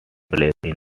literature